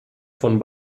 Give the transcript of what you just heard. von